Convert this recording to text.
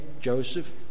Joseph